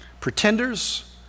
Pretenders